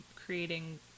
creating